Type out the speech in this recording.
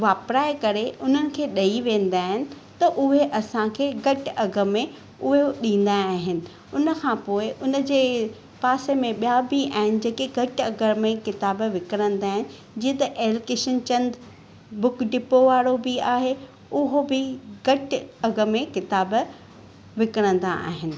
वापिराए करे उन्हनि खे ॾेई वेंदा आहिनि त उहे असांखे घटि अघ में उहे ॾींदा आहिनि उन खां पोइ उन जे पासे में ॿिया ॿि आहिनि जेके घटि अघ में किताब विकणंदा आहिनि जीअं त L Kishan Chand book depot वारो बि आहे उहो बि घटि अघ में किताब विकणंदा आहिनि